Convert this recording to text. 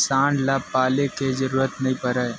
सांड ल पाले के जरूरत नइ परय